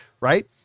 right